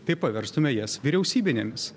tai paverstume jas vyriausybinėmis